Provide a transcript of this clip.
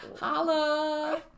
Holla